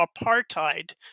apartheid